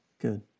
Good